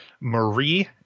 Marie